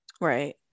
Right